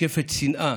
מתקפת שנאה,